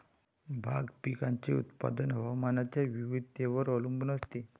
भाग पिकाचे उत्पादन हवामानाच्या विविधतेवर अवलंबून असते